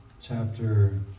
Chapter